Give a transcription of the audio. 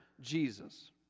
Jesus